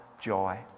joy